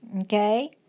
okay